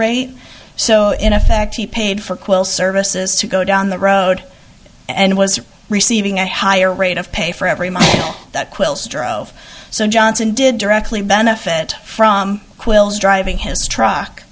rate so in effect he paid for quill services to go down the road and was receiving a higher rate of pay for every mile that quilts drove so johnson did directly benefit from quills driving his truck